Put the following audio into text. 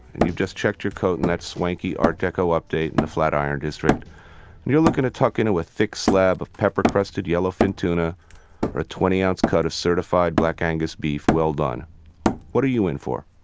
and you've just checked your coat in that swanky art deco update in the flatiron district, and you're looking to tuck into a thick slab of pepper-crusted yellowfin tuna or a twenty-ounce cut of certified black angus beef, well-done what are you in for?